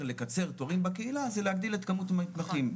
לקצר תורים בקהילה זה להגדיל את כמות המתמחים.